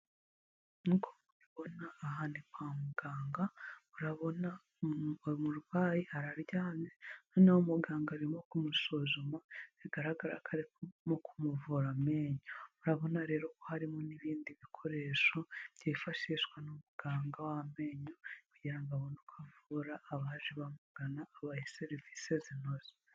Nk'uko mubibona aha ni kwa muganga, urabona umurwayi araryamye noneho muganga arimo kumusuzuma, bigaragara ko ari kumuvura amenyo. Urabona rero ko harimo n'ibindi bikoresho byifashishwa na muganga w'amenyo kugira ngo abone uko avura abaje bamagana abahe serivisi zinoze.